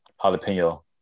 jalapeno